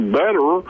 better